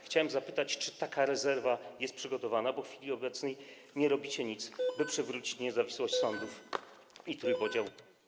Chciałem zapytać, czy taka rezerwa jest przygotowana, bo w chwili obecnej nie robicie nic, by przywrócić niezawisłość sądów i trójpodział.